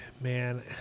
man